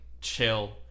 chill